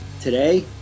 Today